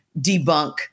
debunk